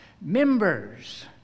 Members